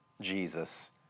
Jesus